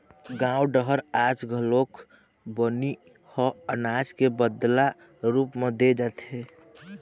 गाँव डहर आज घलोक बनी ह अनाज के बदला रूप म दे जाथे